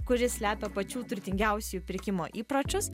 kuri slepia pačių turtingiausiųjų pirkimo įpročius